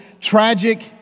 tragic